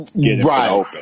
Right